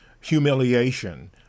humiliation